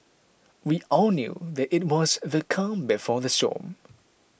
we all knew that it was the calm before the storm